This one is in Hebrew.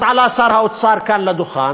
אז עלה שר האוצר כאן לדוכן,